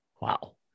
Wow